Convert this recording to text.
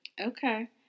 Okay